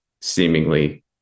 seemingly